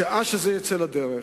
משעה שזה יצא לדרך,